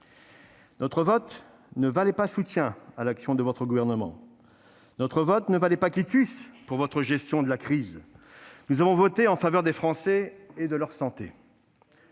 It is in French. Notre vote ne valait pas soutien à l'action de votre gouvernement. Notre vote ne valait pas quitus pour votre gestion de la crise. Nous avions voté en faveur des Français et de leur santé.